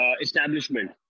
establishment